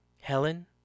Helen